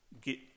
get